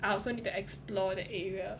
I also need to explore that area